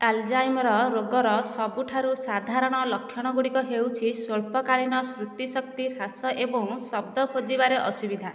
Alzheimer ରୋଗର ସବୁଠାରୁ ସାଧାରଣ ଲକ୍ଷଣଗୁଡ଼ିକ ହେଉଛି ସ୍ୱଳ୍ପକାଳୀନ ସ୍ମୃତିଶକ୍ତି ହ୍ରାସ ଏବଂ ଶବ୍ଦ ଖୋଜିବାରେ ଅସୁବିଧା